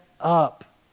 up